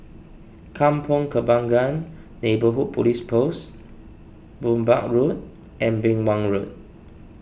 Kampong Kembangan Neighbourhood Police Post Burmah Road and Beng Wan Road